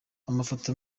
amafoto